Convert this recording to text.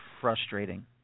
frustrating